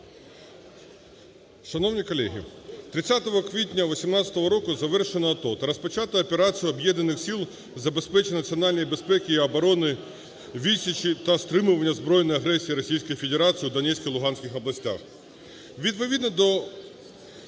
Шановні колеги, 30 квітня 18-го року завершено АТО та розпочато операцію Об'єднаних сил забезпечення національної безпеки та оборони, відсічі та стримування збройної агресії Російської Федерації у Донецькій, Луганській областях.